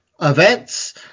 events